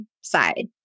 side